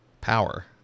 power